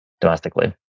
domestically